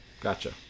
Gotcha